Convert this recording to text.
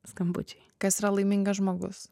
skambučiai kas yra laimingas žmogus